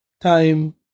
Time